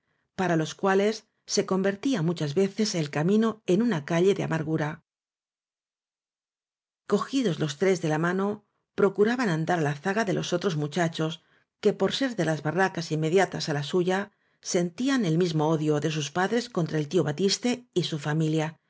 para los cuales se convertía muchas veces el camino en una calle de amargura cogidos los tres de la mano procuraban andar á la zaga de los otros muchachos que por ser de las barracas inmediatas á la suya sentían el mismo odio de sus padres contra el tío batiste y su familia